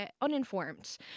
Uninformed